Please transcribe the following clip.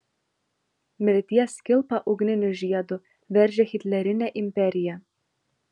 mirties kilpa ugniniu žiedu veržė hitlerinę imperiją